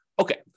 Okay